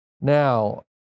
Now